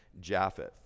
Japheth